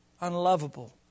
unlovable